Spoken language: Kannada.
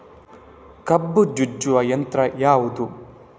ಕಬ್ಬು ಜಜ್ಜುವ ಯಂತ್ರ ಯಾವುದು?